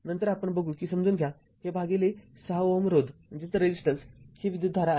नंतर आपण बघू की समजून घ्या हे भागिले ६Ω रोध ही विद्युतधारा आहे